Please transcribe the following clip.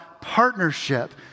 partnership